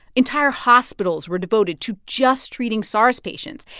entire hospitals were devoted to just treating sars patients.